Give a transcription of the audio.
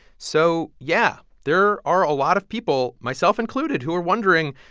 so yeah. there are a lot of people, myself included, who are wondering,